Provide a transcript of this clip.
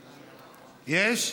יש?